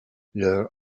leur